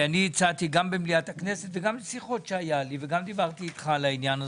הצעתי גם במליאת הכנסת וגם בשיחות שהיו לי על העניין הזה,